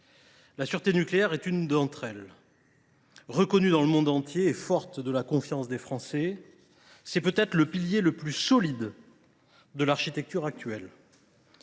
La sûreté nucléaire est une d’entre elles. Reconnue dans le monde entier et forte de la confiance des Français, elle est peut être le pilier le plus solide de l’architecture actuelle.